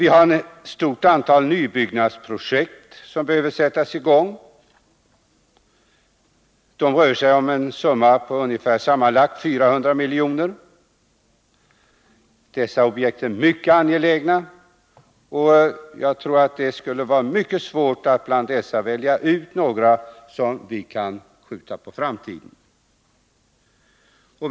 Vi har ett stort antal nybyggnadsprojekt som behöver sättas i gång. Det rör sig om en summa på sammanlagt ungefär 400 milj.kr. Dessa projekt är mycket angelägna, och jag tror att det skulle vara mycket svårt att bland dem välja ut några som vi kan skjuta på framtiden.